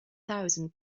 thousand